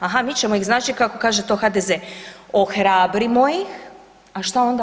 Aha, mi ćemo ih znači, kako kaže to HDZ, ohrabrimo ih, a što onda?